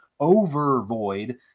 overvoid